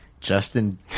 justin